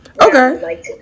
Okay